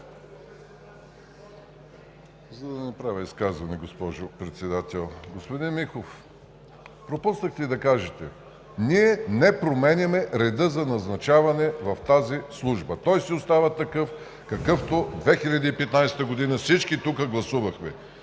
За да не правя изказване, госпожо Председател. Господин Михов, пропуснахте да кажете, ние не променяме реда за назначаване в тази Служба. Той си остава такъв, какъвто през 2015 г. всички тук гласувахме,